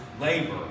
labor